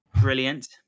brilliant